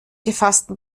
gefassten